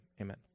Amen